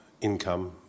income